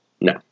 No